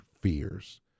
fears